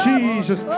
Jesus